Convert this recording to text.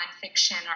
fiction